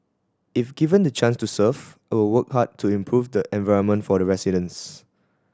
if given the chance to serve I will work hard to improve the environment for the residents